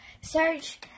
search